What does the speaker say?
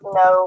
no